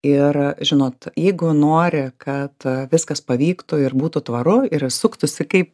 ir žinot jeigu nori kad viskas pavyktų ir būtų tvaru ir suktųsi kaip